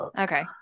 Okay